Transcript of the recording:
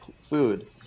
food